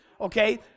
okay